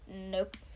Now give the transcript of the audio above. Nope